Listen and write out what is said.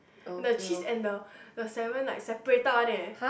and the cheese and the the salmon like separated one leh